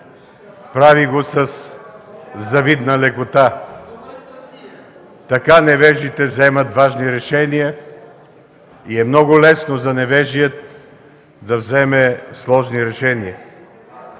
Прави го със завидна лекота. Така невежите вземат важни решения и е много лесно за невежия да взема сложно решение.